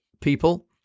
people